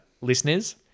listeners